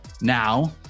now